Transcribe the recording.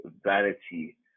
vanity